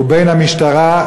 והמשטרה,